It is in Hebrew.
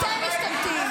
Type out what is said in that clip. אתם משתמטים.